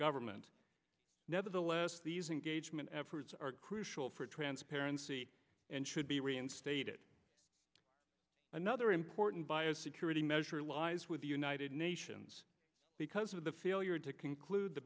government nevertheless these engagement efforts are crucial for transparency and should be reinstated another important bio security measure lies with the united nations because of the failure to conclude the